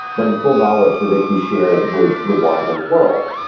but in full knowledge that it can be shared with the wider world.